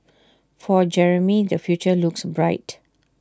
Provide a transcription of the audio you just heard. for Jeremy the future looks bright